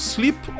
Sleep